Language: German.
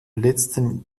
letzten